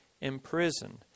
imprisoned